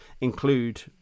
include